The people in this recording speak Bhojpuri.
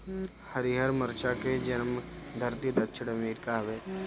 हरिहर मरचा के जनमधरती दक्षिण अमेरिका हवे